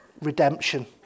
redemption